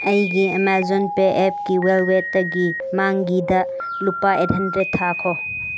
ꯑꯩꯒꯤ Amazon pay ꯑꯦꯞꯒꯤ ꯋꯥꯜꯂꯦꯠꯇꯒꯤ ꯃꯪꯒꯤꯗ ꯂꯨꯄꯥ ꯑꯩꯠ ꯍꯟꯗ꯭ꯔꯦꯗ ꯊꯥꯈꯣ